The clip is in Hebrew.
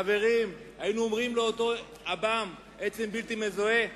חברים, היינו אומרים לאותו עב"מ, עצם בלתי מזוהה: